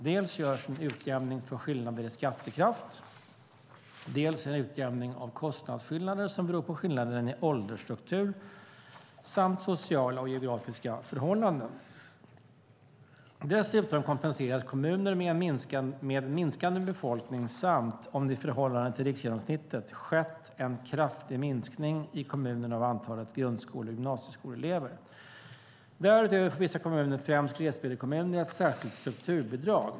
Dels görs en utjämning för skillnader i skattekraft, dels en utjämning av kostnadsskillnader som beror på skillnader i åldersstruktur samt sociala och geografiska förhållanden. Dessutom kompenseras kommuner med en minskande befolkning samt om det i förhållande till riksgenomsnittet skett en kraftig minskning i kommunen av antalet grundskole och gymnasieskoleelever. Därutöver får vissa kommuner, främst glesbygdskommuner, ett särskilt strukturbidrag.